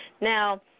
Now